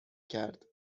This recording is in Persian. کرد